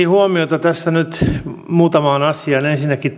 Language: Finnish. huomiota tässä nyt muutamaan asiaan ensinnäkin